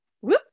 whoop